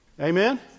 Amen